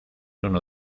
uno